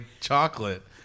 chocolate